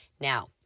Now